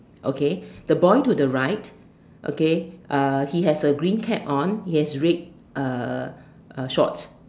okay the boy to the right okay uh he has a green cap on he has red uh uh shorts